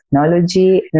technology